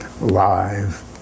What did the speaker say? live